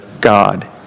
God